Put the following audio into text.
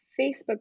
Facebook